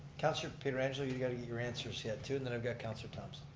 councilor pietrangelo you got to get your answers yet too, and then i've got councilor thomson.